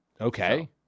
Okay